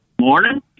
Morning